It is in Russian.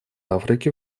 африки